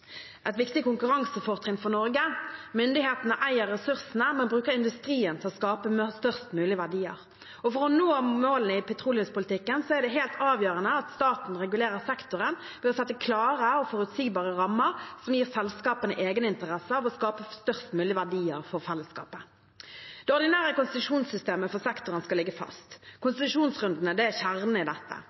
et viktig konkurransefortrinn for Norge. Myndighetene eier ressursene, men bruker industrien til å skape størst mulig verdier. For å nå målene i petroleumspolitikken er det helt avgjørende at staten regulerer sektoren ved å sette klare og forutsigbare rammer som gir selskapene egeninteresse av å skape størst mulig verdier for fellesskapet. Det ordinære konsesjonssystemet for sektoren skal ligge fast. Konsesjonsrundene er kjernen i dette.